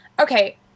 Okay